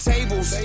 Tables